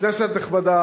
כנסת נכבדה,